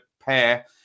pair